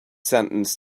sentence